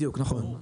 בדיוק, נכון.